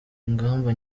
ingamba